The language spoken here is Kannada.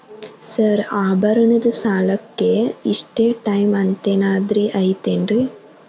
ಸರ್ ಆಭರಣದ ಸಾಲಕ್ಕೆ ಇಷ್ಟೇ ಟೈಮ್ ಅಂತೆನಾದ್ರಿ ಐತೇನ್ರೇ?